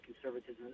conservatism